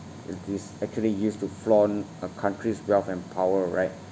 and this actually used to flaunt a country's wealth and power right